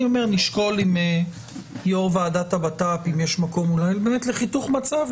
נשקול עם יו"ר ועדת הבט"פ אם יש מקום לחיתוך מצב,